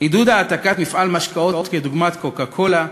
עידוד העתקת מפעל משקאות דוגמת "קוקה-קולה"